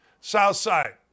Southside